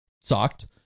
sucked